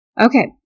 Okay